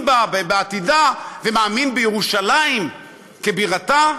ומאמין בה, בעתידה, ומאמין בירושלים כבירתה,